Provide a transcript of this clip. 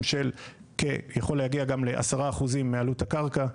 של שיכול להגיע גם ל-10% מעלות הקרקע.